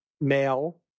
male